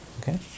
Okay